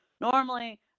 normally